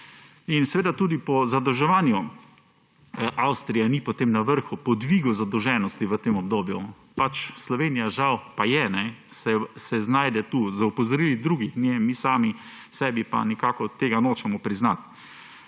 In seveda tudi po zadolževanju Avstrija ni potem na vrhu, po dvigu zadolženosti v tem obdobju, pač Slovenija žal pa je, se znajde tu z opozorili drugih, mi sami sebi pa nekako tega nočemo priznati.